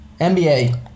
NBA